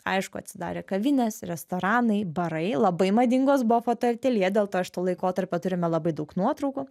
aišku atsidarė kavinės restoranai barai labai madingos buvo fotoateljė dėl to iš to laikotarpio turime labai daug nuotraukų